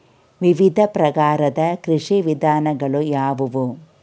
ವಿವಿಧ ಪ್ರಕಾರದ ಕೃಷಿ ವಿಧಾನಗಳು ಯಾವುವು?